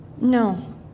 No